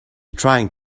trying